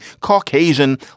Caucasian